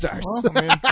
stars